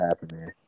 happening